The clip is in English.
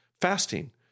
fasting